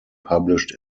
published